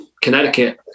Connecticut